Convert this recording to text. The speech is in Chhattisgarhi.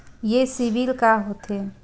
ये सीबिल का होथे?